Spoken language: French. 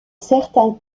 certains